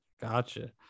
Gotcha